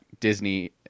Disney